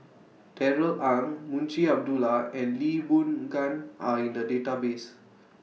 Darrell Ang Munshi Abdullah and Lee Boon Ngan Are in The Database